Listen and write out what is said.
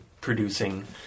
producing